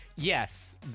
yes